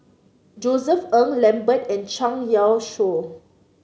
Josef Ng Lambert and Zhang Youshuo